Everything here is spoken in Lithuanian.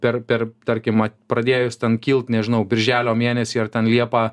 per per tarkim pradėjus ten kilt nežinau birželio mėnesį ar ten liepą